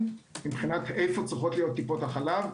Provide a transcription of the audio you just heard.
מבחינת איפה צריכות להיות טיפות החלב.